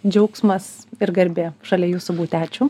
džiaugsmas ir garbė šalia jūsų būti ačiū